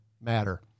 matter